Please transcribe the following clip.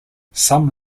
some